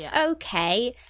Okay